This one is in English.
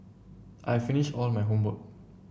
I've finished all my homework